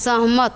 सहमत